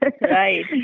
Right